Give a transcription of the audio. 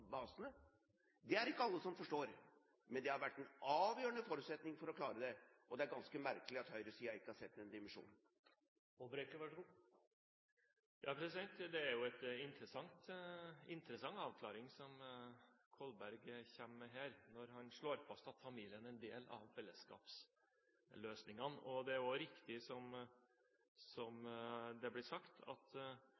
Det er det ikke alle som forstår, men det har vært en avgjørende forutsetning for å klare det, og det er ganske merkelig at høyresiden ikke har sett den dimensjonen. Det er en interessant avklaring som Kolberg her kommer med, når han slår fast at familien er en del av fellesskapsløsningene. Det er også riktig som